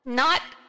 not-